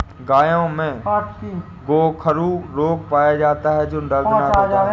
गायों में गोखरू रोग पाया जाता है जो दर्दनाक होता है